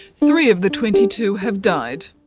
three of the twenty two have died.